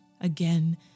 again